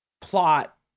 Plot